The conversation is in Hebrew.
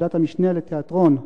ועדת המשנה לתיאטרון,